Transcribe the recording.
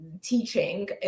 teaching